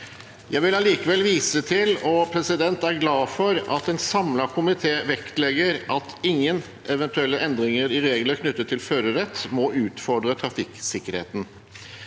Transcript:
jeg er glad for – at en samlet komité vektlegger at ingen eventuelle endringer i regler knyttet til førerrett må utfordre trafikksikkerhe